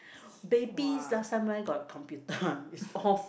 babies last time where got computer one is all